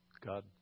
God